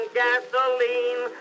gasoline